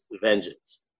vengeance